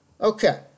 Okay